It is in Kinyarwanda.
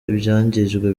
ibyangijwe